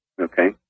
Okay